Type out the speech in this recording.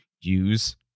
use